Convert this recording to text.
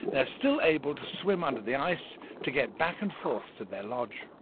they're still able to swim under the ice to get back and forth to their lodge.